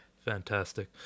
fantastic